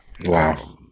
Wow